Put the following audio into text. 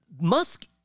Musk